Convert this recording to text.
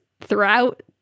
throughout